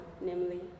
namely